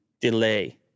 Delay